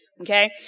Okay